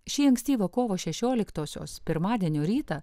šį ankstyvą kovo šešioliktosios pirmadienio rytą